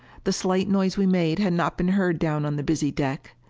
the slight noise we made had not been heard down on the busy deck.